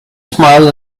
smiled